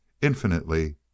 infinitely